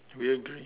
we agree